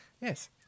Yes